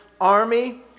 army